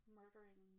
murdering